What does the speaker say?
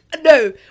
no